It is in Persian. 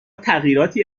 تغییراتی